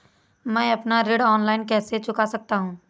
मैं अपना ऋण ऑनलाइन कैसे चुका सकता हूँ?